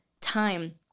time